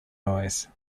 noise